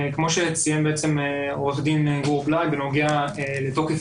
כמו שציין עורך דין גור בליי בנוגע לתוקף